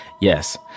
Yes